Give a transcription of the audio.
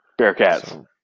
Bearcats